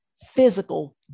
physical